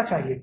है 55000 डॉलर